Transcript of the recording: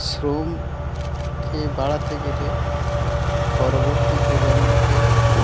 শ্রম কে বাড়াতে গেলে পরবর্তী প্রজন্মকে